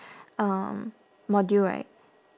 um module right